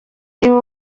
ibi